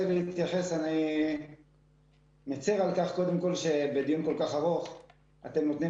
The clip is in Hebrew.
אני מצר על כך שבדיון כל כך ארוך אתם נותנים